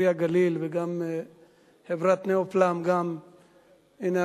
"פרי הגליל" וגם חברת "נאופלם" הנה,